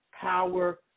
power